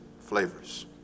flavors